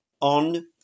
on